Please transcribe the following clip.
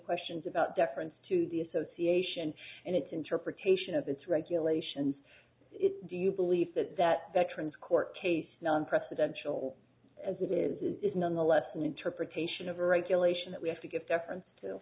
questions about deference to the association and its interpretation of its regulations do you believe that that veterans court case non presidential as it is is nonetheless an interpretation of a regulation that we have to give deference to